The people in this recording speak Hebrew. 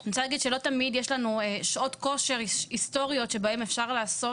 לא תמיד יש לנו שעות כושר היסטוריות שבהן אפשר לעשות